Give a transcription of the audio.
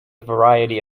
variety